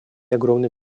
огромный